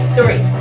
Three